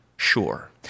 sure